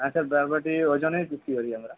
হ্যাঁ স্যার বরবটি ওজনেই বিক্রি করি আমরা